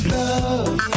Love